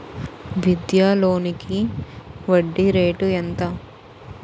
విద్యా లోనికి వడ్డీ రేటు ఎంత?